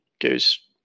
goes